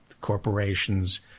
corporations